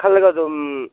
ꯈꯜꯂꯒ ꯑꯗꯨꯝ